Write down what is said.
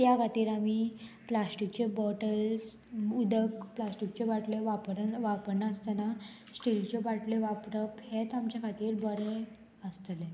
त्या खातीर आमी प्लास्टीकचे बॉटल्स उदक प्लास्टीकच्यो बाटल्यो वापर वापर नासतना स्टील्यो बाटल्यो वापरप हेंच आमचे खातीर बरें आसतलें